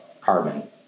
carbon